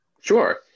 Sure